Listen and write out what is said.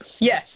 Yes